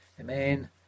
Amen